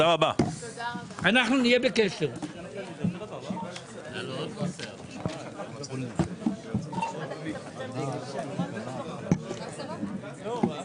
הישיבה ננעלה בשעה 14:30.